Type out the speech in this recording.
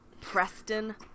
Preston